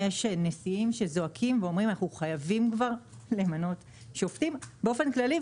יש נשיאים שזועקים ואומרים שחייבים למנות שופטים באופן כללי,